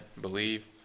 believe